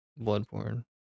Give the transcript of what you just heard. Bloodborne